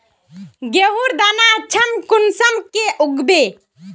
गेहूँर दाना अच्छा कुंसम के उगबे?